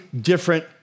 different